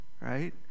right